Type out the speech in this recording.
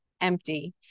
empty